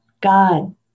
God